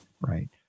right